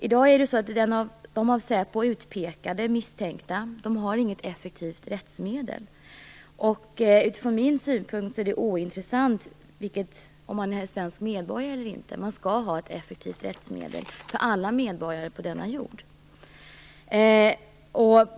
I dag har de av säpo utpekade och misstänkta inget effektivt rättsmedel. Från min synpunkt är det ointressant om man är svensk medborgare eller inte - man skall ha ett effektivt rättsmedel för alla medborgare på denna jord.